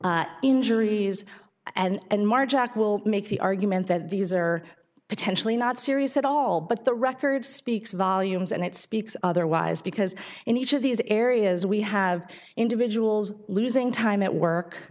injuries and marje act will make the argument that these are potentially not serious at all but the record speaks volumes and it speaks otherwise because in each of these areas we have individuals losing time at work